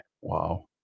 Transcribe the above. Wow